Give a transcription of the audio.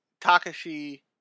Takashi